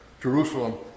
Jerusalem